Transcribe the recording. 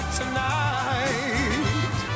tonight